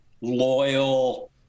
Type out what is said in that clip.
loyal